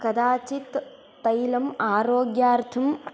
कदाचित् तैलम् आरोग्यार्थं